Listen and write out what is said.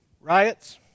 riots